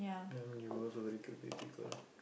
ya it was a very cute baby girl